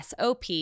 SOP